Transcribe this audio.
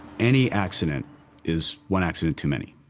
any accident is one accident too many,